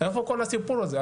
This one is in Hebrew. איפה כל הסיפור הזה?